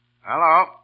Hello